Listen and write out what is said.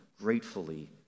gratefully